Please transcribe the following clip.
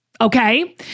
Okay